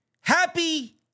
Happy